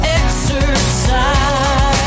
exercise